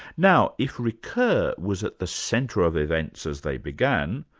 now if ricoeur was at the centre of events as they began,